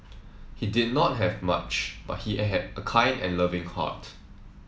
he did not have much but he had a kind and loving heart